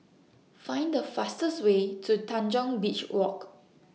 Find The fastest Way to Tanjong Beach Walk